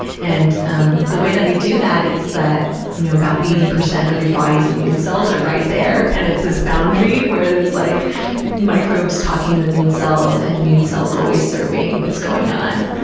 and um the way that we do that is that you know about eighty percent of your body's immune cells are right there and it's this boundary where there's like microbes talking to the immune cells and immune cells always surveying what's going on.